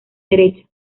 derecha